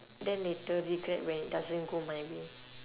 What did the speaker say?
then later regret when it doesn't go my way